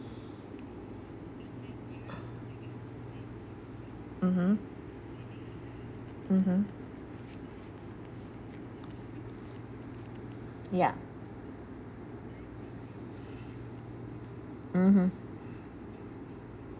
mmhmm mmhmm ya mmhmm